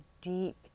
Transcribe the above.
deep